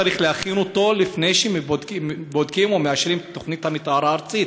צריך להכין אותו לפני שבודקים ומאשרים את תוכנית המתאר הארצית,